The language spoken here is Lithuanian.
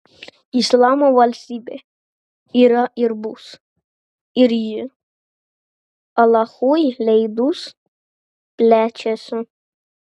islamo valstybė yra ir bus ir ji alachui leidus plečiasi